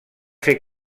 fer